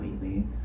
easy